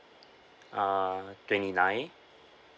uh twenty nine